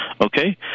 okay